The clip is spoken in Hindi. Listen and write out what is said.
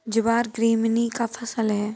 ज्वार ग्रैमीनी का फसल है